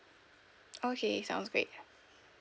okay sounds great